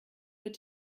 wird